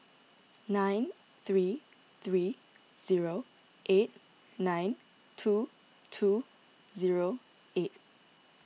nine three three zero eight nine two two zero eight